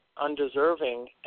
undeserving